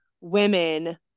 women